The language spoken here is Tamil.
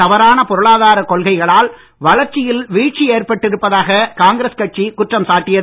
தவறான பொருளாதார கொள்கைகளால் வளர்ச்சியில் வீழ்ச்சி ஏற்பட்டிருப்பதாக காங்கிரஸ் கட்சி குற்றம் சாட்டுகிறது